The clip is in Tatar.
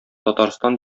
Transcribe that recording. татарстан